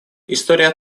история